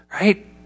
Right